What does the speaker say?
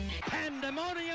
Pandemonium